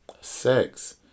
sex